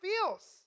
feels